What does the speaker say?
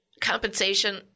compensation